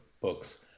books